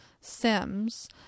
Sims